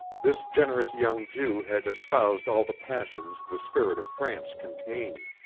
this generous young jew had espoused all the passions the spirit of france contained.